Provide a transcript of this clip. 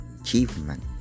achievement